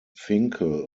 finkel